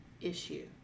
issue